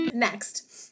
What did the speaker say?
Next